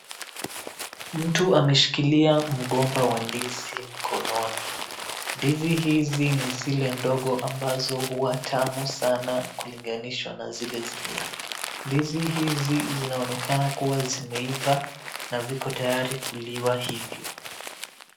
Mtu ameshikilia mgomba wa ndizi mkononi. Ndizi hizi ni zile ndogo ambazo huwa tamu sana kulinganishwa na zile zingine. Ndizi hizi zinaonekana kuwa zimeiva na viko tayari kuliwa hivyo.